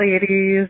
ladies